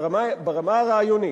ברמה הרעיונית,